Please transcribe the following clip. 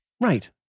Right